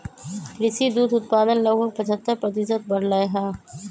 कृषि दुग्ध उत्पादन लगभग पचहत्तर प्रतिशत बढ़ लय है